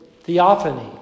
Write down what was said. theophany